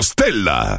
Stella